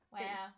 Wow